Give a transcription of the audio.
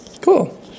cool